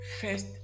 first